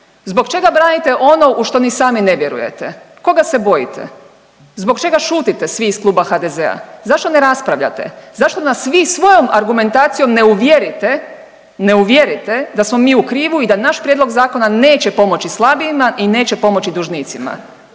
Zbog čega branite ono u što ni sami ne vjerujete? Koga se bojite? Zbog čega šutite svi ih Kluba HDZ-a? Zašto ne raspravljate? Zašto nas vi svojom argumentacijom ne uvjerite, ne uvjerite da smo mi u krivu i da naš prijedlog slabijima i neće pomoći dužnicima?